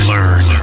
Learn